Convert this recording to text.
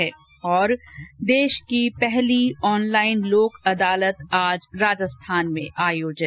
्द देश की पहली ऑनलाइन लोक अदालत आज राजस्थान में आयोजित